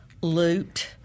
loot